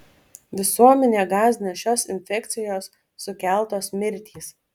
visuomenę gąsdina šios infekcijos sukeltos mirtys